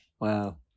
wow